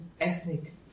ethnic